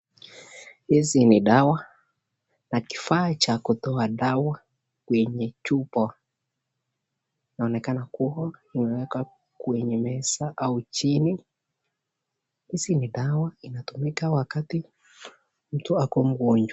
Hizi ni dawa na kifaa cha kutoa dawa yenye chupa. Inaonekana kuwa wameweka kwenye meza au chini. Hizi ni dawa inatumika wakati mtu ako mgonjwa.